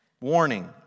Warning